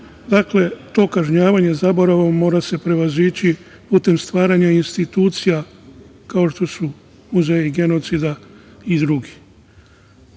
narod. Dakle, to kažnjavanje zaboravom mora se prevazići putem stvaranja institucija, kao što su muzeji genocida i drugi. Šta